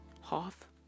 half